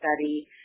Study